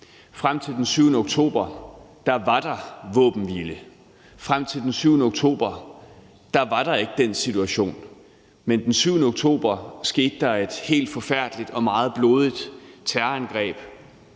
Frem til den 7. oktober var der våbenhvile. Frem til den 7. oktober var der ikke den her situation. Men den 7. oktober skete der et helt forfærdeligt og meget blodigt terrorangreb